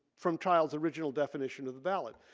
from child's original definition of the ballad.